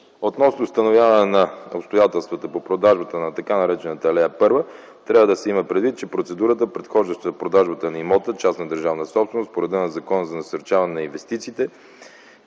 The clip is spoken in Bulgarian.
Относно установяване на обстоятелствата по продажбата на така наречената алея първа, трябва да се има предвид, че процедурата, предхождаща продажбата на имота – частна държавна собственост, по реда на Закона за насърчаване на инвестициите